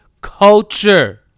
culture